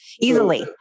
easily